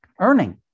earning